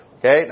Okay